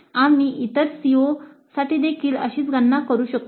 आम्ही इतर सर्व COसाठी देखील अशीच गणना करू शकतो